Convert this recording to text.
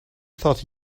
thought